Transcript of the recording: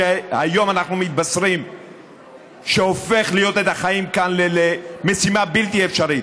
שהיום אנחנו מתבשרים שהופך את החיים כאן למשימה בלתי אפשרית,